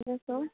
अच्छा